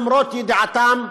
למרות ידיעתם,